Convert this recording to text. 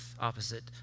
opposite